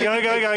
רגע, שנייה.